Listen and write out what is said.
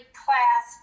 class